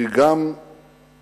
שהיא גם פרי